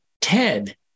ted